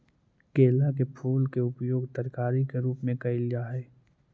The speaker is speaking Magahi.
केला के फूल के उपयोग तरकारी के रूप में कयल जा हई